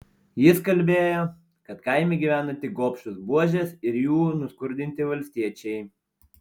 jis kalbėjo kad kaime gyvena tik gobšūs buožės ir jų nuskurdinti valstiečiai